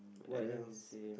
Adam is the same